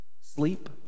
sleep